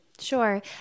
Sure